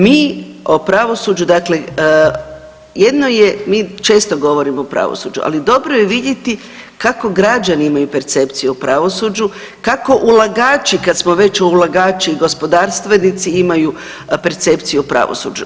Mi o pravosuđu dakle, jedno je, mi često govorimo o pravosuđu, ali dobro je vidjeti kako građani imaju percepciju o pravosuđu, kako ulagači kad smo već o ulagači i gospodarstvenici imaju percepciju o pravosuđu.